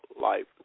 Life